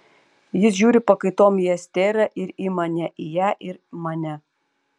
jis žiūri pakaitom į esterą ir į mane į ją ir mane